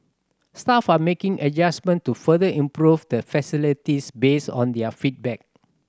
staff are making adjustment to further improve the facilities based on their feedback